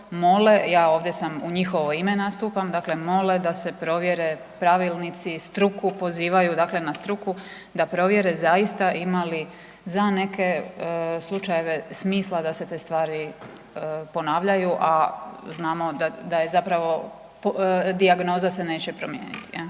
ja ovdje u njihovo ime nastupam, dakle mole da se provjere pravilnici, struku pozivaju dakle na struku da provjere zaista ima li za neke slučajeve smisla da se te stvari ponavljaju, a znamo da se dijagnoza neće promijeniti.